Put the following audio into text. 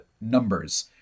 numbers